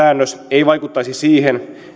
ei vaikuttaisi siihen